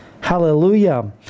Hallelujah